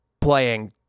playing